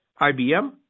IBM